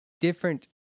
different